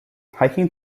hiking